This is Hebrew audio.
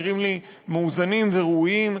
נראים לי מאוזנים וראויים.